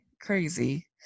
Crazy